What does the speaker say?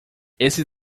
esse